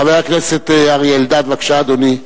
חבר הכנסת אריה אלדד, בבקשה, אדוני.